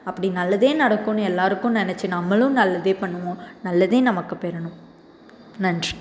அப்படி நல்லதே நடக்குன்னு எல்லாருக்கும் நினச்சி நம்மளும் நல்லதே பண்ணுவோம் நல்லதே நமக்குப்பெறணும் நன்றி